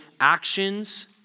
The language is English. actions